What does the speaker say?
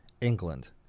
England